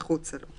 מחוצה לו".